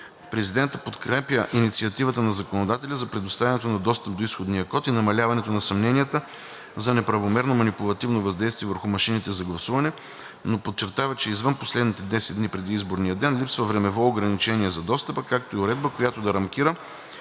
Президентът подкрепя инициативата на законодателя за предоставянето на достъп до изходния код и намаляването на съмненията за неправомерно манипулативно въздействие върху машините за гласуване, но подчертава, че извън последните 10 дни преди изборния ден липсва времево ограничение за достъпа, както и уредба, която да рамкира